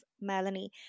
melanie